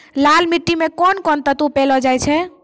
लाल मिट्टी मे कोंन कोंन तत्व पैलो जाय छै?